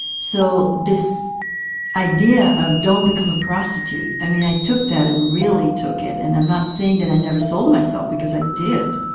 so this idea of don't become a prostitute, i mean i took that and really took it. and i'm not saying i never sold myself because i did,